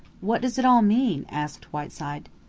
what does it all mean? asked whiteside.